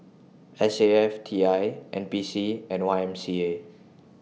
S A F T I N P C and Y M C A